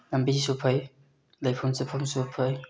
ꯂꯝꯕꯤꯁꯨ ꯐꯩ ꯂꯩꯐꯝ ꯆꯐꯝꯁꯨ ꯐꯩ